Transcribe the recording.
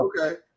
Okay